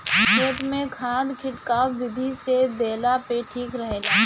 खेत में खाद खिटकाव विधि से देहला पे ठीक रहेला